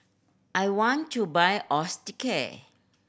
I want to buy Osteocare